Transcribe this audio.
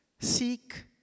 seek